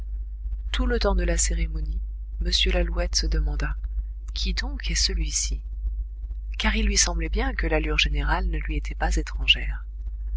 tout le temps de la cérémonie m lalouette se demanda qui donc est celui-ci car il lui semblait bien que l'allure générale ne lui était pas étrangère